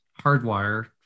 hardwire